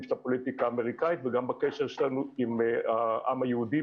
של הפוליטיקה האמריקאית וגם בקשר שלנו עם העם היהודי,